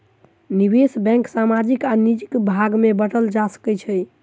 निवेश बैंक सामाजिक आर निजी भाग में बाटल जा सकै छै